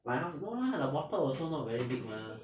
my house no lah the bottle also not very big mah